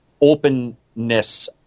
openness